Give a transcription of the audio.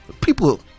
people